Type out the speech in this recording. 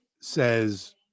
says